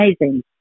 amazing